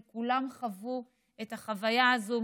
כי כולם חוו את החוויה הזאת,